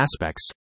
aspects